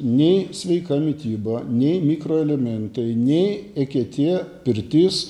nei sveika mityba nei mikroelementai nei eketė pirtis